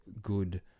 Good